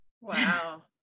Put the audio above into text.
Wow